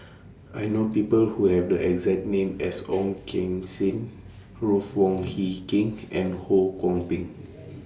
I know People Who Have The exact name as Ong Keng Sen Ruth Wong Hie King and Ho Kwon Ping